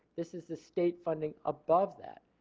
this is the state funding above that.